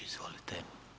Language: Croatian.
Izvolite.